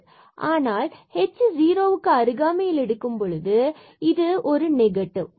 ஆனால் நாம் h 0 ஜுரோக்கு அருகாமையில் எடுக்கும்பொழுது எடுத்துக்காட்டாக இது ஒரு நெகட்டிவ்